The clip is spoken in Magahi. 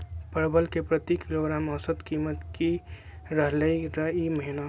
परवल के प्रति किलोग्राम औसत कीमत की रहलई र ई महीने?